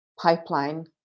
pipeline